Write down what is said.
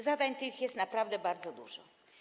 Zadań tych jest naprawdę bardzo dużo.